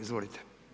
Izvolite.